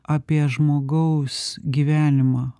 apie žmogaus gyvenimą